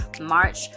March